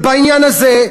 בעניין הזה,